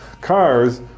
cars